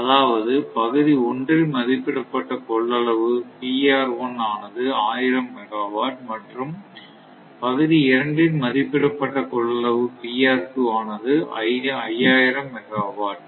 அதாவது பகுதி ஒன்றின் மதிப்பிடப்பட்ட கொள்ளளவு ஆனது 1000 மெகாவாட் மற்றும் பகுதி இரண்டின் மதிப்பிடப்பட்ட கொள்ளளவு ஆனது 5000 மெகாவாட்